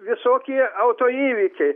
visokie autoįvykiai